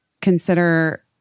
consider